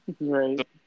right